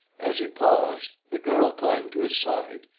as he paused, the girl climbed to his side,